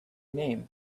name